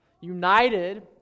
united